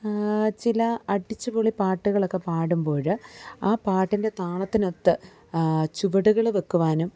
ചില അടിച്ചുപൊളി പാട്ടുകളൊക്കെ പാടുമ്പോൾ ആ പാട്ടിന്റെ താളത്തിനൊത്ത് ചുവടുകൾ വെയ്ക്കുവാനും